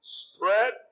spread